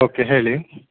okay ಹೇಳಿ